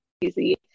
easy